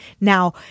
Now